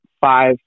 five